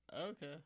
okay